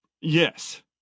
Yes